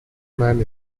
man